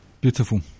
Beautiful